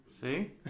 See